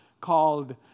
called